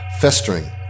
festering